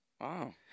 Wow